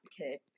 Okay